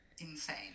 insane